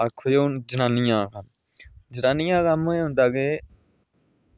आक्खो हून जनानियां जनानियें दा कम्म एह् होंदा की